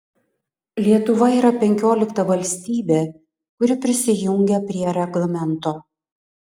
lietuva yra penkiolikta valstybė kuri prisijungia prie reglamento